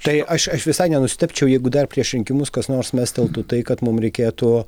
tai aš aš visai nenustebčiau jeigu dar prieš rinkimus kas nors mesteltų tai kad mum reikėtų